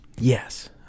Yes